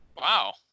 Wow